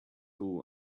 all